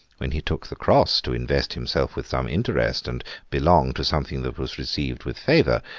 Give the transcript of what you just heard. when he took the cross to invest himself with some interest, and belong to something that was received with favour,